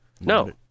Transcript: No